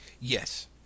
Yes